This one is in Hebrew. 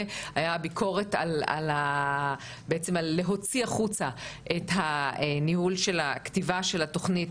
הייתה ביקורת בעצם על להוציא החוצה את הניהול של כתיבת התוכנית